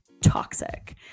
toxic